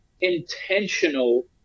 intentional